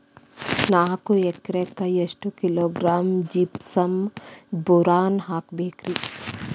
ನಾಲ್ಕು ಎಕರೆಕ್ಕ ಎಷ್ಟು ಕಿಲೋಗ್ರಾಂ ಜಿಪ್ಸಮ್ ಬೋರಾನ್ ಹಾಕಬೇಕು ರಿ?